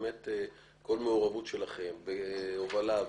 באמת כל מעורבות שלכם בהובלה,